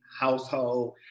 household